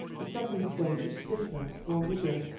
the second stage of stiffness or rigor,